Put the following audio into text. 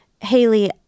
Haley